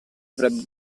avrebbe